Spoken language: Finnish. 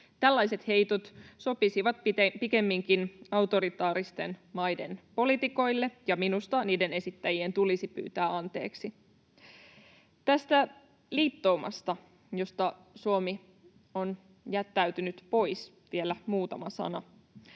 Tällaiset heitot sopisivat pikemminkin autoritaaristen maiden poliitikoille, ja minusta niiden esittäjien tulisi pyytää anteeksi. Tästä liittoumasta, josta Suomi on jättäytynyt pois, vielä muutama sana: